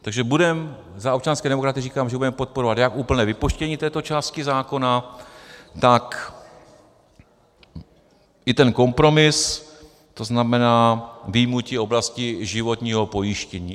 Takže za občanské demokraty říkám, že budeme podporovat jak úplné vypuštění této části zákona, tak i ten kompromis, to znamená vyjmutí oblasti životního pojištění.